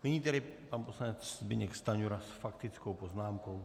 Nyní tedy pan poslanec Zbyněk Stanjura s faktickou poznámkou.